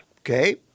Okay